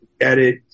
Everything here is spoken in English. edit